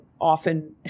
often